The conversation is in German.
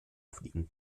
fliegen